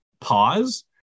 pause